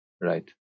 right